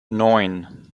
neun